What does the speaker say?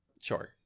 Sure